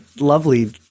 lovely